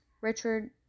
richard